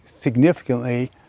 significantly